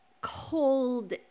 cold